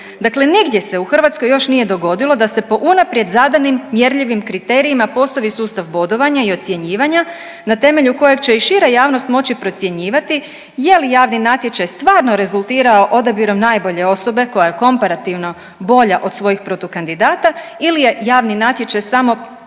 dakle nigdje se u Hrvatskoj još nije dogodilo da se po unaprijed zadanim mjerljivim kriterijima postavi sustav bodovanja i ocjenjivanja na temelju kojeg će i šira javnost moći procjenjivati je li javni natječaj stvarno rezultirao odabirom najbolje osobe koja je komparativno bolja od svojih protukandidata ili je javni natječaj samo forme radi